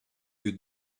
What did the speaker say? you